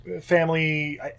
family